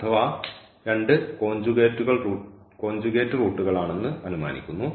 അഥവാ രണ്ട് കോഞ്ചുഗേറ്റ് റൂട്ടുകൾ ആണെന്ന് അനുമാനിക്കുന്നു